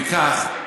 לפיכך,